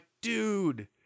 dude